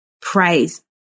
Praise